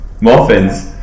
muffins